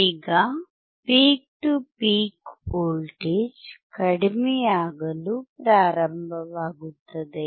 ಈಗ peak to peak voltage ಕಡಿಮೆಯಾಗಲು ಪ್ರಾರಂಭವಾಗುತ್ತದೆ